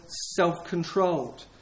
self-controlled